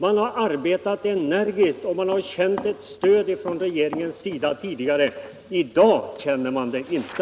Man har arbetat energiskt och känt ett stöd från regeringen tidigare. I dag känner man det inte.